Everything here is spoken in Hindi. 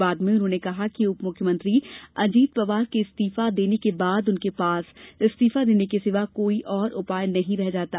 बाद में उन्होंने कहा कि उप मुख्यमंत्री अजित पवार के इस्तीफा देने के बाद उनके पास इस्तीफा देने के सिवा कोई और उपाय नहीं रह जाता